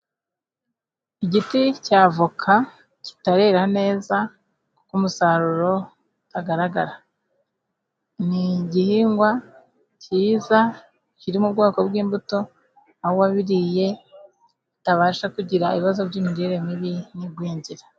Igiti cya avoka kitarera neza kuko umusaruro utagaragara. Ni igihingwa cyiza kiri mu bwoko bw'imbuto aho uwabiriye bitabasha kugira ibibazo by'imirire mibi n'igwingira.